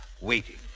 waiting